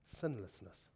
Sinlessness